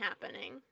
happening